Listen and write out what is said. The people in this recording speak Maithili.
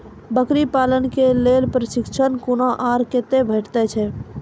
बकरी पालन के लेल प्रशिक्षण कूना आर कते भेटैत छै?